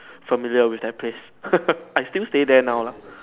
familiar with that place I still stay there now lah